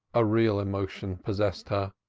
a real emotion possessed her,